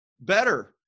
better